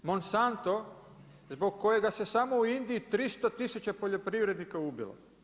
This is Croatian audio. Monsanto zbog kojega se samo u Indiji 300 tisuća poljoprivrednika ubilo.